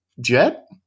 jet